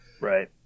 Right